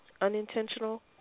unintentional